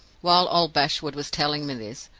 while old bashwood was telling me this,